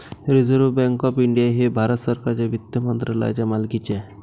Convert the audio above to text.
reserve Bank of India हे भारत सरकारच्या वित्त मंत्रालयाच्या मालकीचे आहे